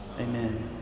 Amen